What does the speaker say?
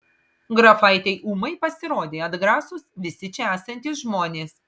grafaitei ūmai pasirodė atgrasūs visi čia esantys žmonės